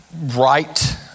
right